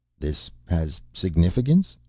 this has significance?